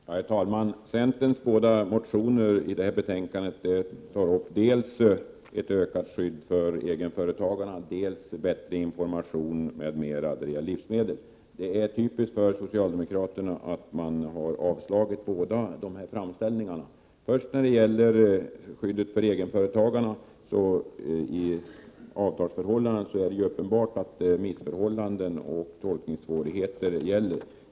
Herr talman! De båda centermotioner som behandlas i betänkande 31 gäller dels ett ökat skydd för egenföretagarna, dels bättre information m.m. när det gäller livsmedel. Det är typiskt för socialdemokraterna att man avstyrkt båda dessa framställningar. När det gäller skyddet för egenförtagarna i avtalsförhållanden vill jag säga att det är uppenbart att det råder missförhållanden och tolkningssvårigheter.